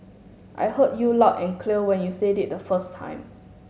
I heard you loud and clear when you said it the first time